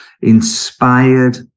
inspired